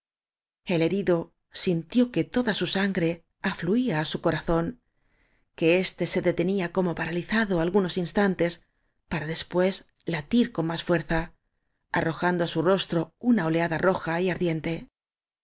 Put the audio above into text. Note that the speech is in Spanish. el herido sintió que toda su sangre afluía á su corazón que éste se detenía como para lizado algunos instantes para después latir con más fuerza arrojando á su rostro una oleada roja y ardiente